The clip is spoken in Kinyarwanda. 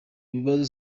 bibazo